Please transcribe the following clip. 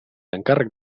encàrrec